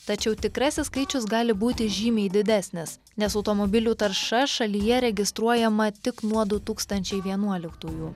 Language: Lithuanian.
tačiau tikrasis skaičius gali būti žymiai didesnis nes automobilių tarša šalyje registruojama tik nuo du tūkstančiai vienuoliktųjų